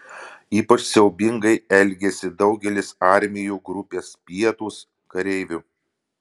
ypač siaubingai elgėsi daugelis armijų grupės pietūs kareivių